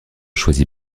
choisi